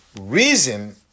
Reason